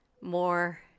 more